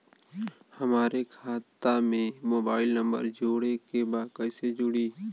हमारे खाता मे मोबाइल नम्बर जोड़े के बा कैसे जुड़ी?